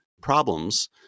problems